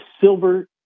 silver